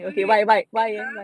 wait wait and !huh!